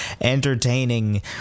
entertaining